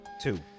two